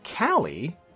Callie